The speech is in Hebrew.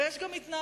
ויש גם התנהלות,